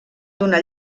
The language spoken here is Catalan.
donar